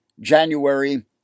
January